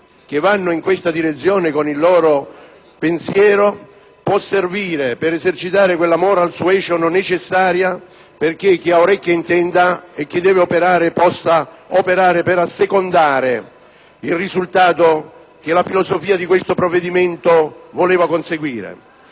che vanno in questa direzione con il loro pensiero, può servire per esercitare quella *moral suasion* necessaria affibché chi ha orecchie intenda e chi deve operare operi per assecondare il risultato che la filosofia di questo provvedimento intende conseguire.